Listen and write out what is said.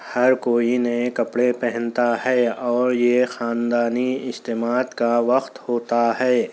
ہر کوئی نئے کپڑے پہنتا ہے اور یہ خاندانی اجتماعت کا وقت ہوتا ہے